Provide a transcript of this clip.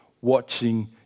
watching